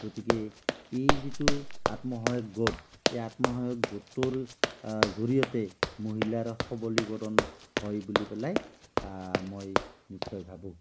গতিকে এই যিটো আত্মসহায়ক গোট এই আত্মসহায়ক গোটটোৰ জৰিয়তে মহিলাৰ সবলীকৰণ হয় বুলি পেলাই মই নিশ্চয় ভাবোঁ